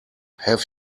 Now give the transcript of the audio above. have